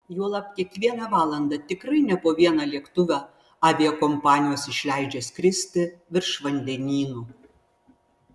juolab kiekvieną valandą tikrai ne po vieną lėktuvą aviakompanijos išleidžia skirsti virš vandenynų